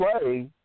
play